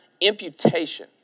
imputation